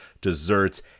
desserts